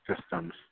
systems